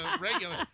regular